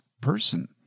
person